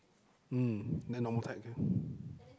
um then normal tech ah